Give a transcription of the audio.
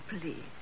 please